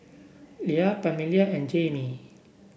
Leia Pamelia and Jamey